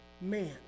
man